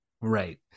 right